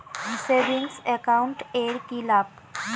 Savings account এর কি লাভ?